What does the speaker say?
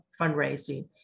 fundraising